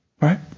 Right